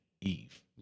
Eve